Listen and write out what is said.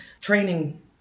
training